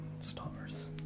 stars